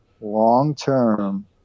long-term